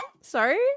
sorry